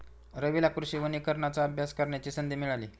रवीला कृषी वनीकरणाचा अभ्यास करण्याची संधी मिळाली